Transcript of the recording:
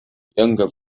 younger